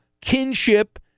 kinship